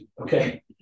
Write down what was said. okay